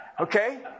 Okay